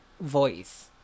voice